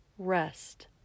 rest